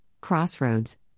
crossroads